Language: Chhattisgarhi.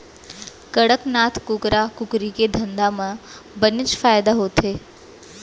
कड़कनाथ कुकरा कुकरी के धंधा म बनेच फायदा होथे